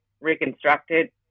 reconstructed